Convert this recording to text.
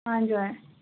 हजुर